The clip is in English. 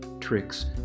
tricks